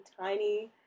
tiny